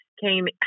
came